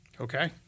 Okay